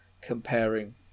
comparing